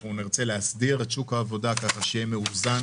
אנחנו נרצה להסדיר את שוק העבודה כך שיהיה מאוזן